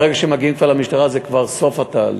ברגע שמגיעים למשטרה זה כבר סוף התהליך.